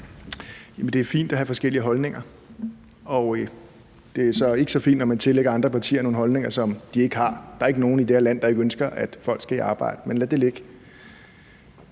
Det er fint at have forskellige holdninger. Det er så ikke så fint, at man tillægger andre partier nogle holdninger, som de ikke har. Der er ikke nogen i det her land, som ikke ønsker, at folk skal i arbejde. Men lad det ligge.